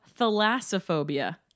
thalassophobia